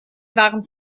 waren